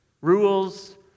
Rules